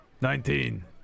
Nineteen